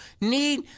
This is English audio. need